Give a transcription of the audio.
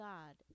God